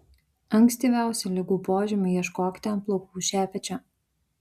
ankstyviausių ligų požymių ieškokite ant plaukų šepečio